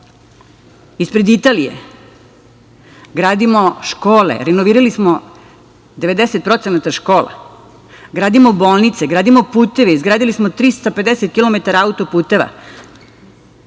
Španije, Italije. Gradimo škole. Renovirali smo 90% škola. Gradimo bolnice, gradimo puteve. Izgradili smo 350 kilometara autoputeva.